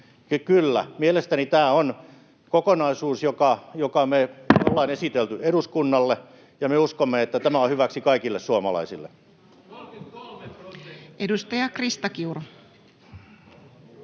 kyllä, mielestäni tämä on kokonaisuus, joka me ollaan esitelty eduskunnalle, ja me uskomme, että tämä on hyväksi kaikille suomalaisille. [Speech 10] Speaker: